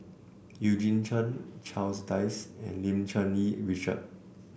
Eugene Chen Charles Dyce and Lim Cherng Yih Richard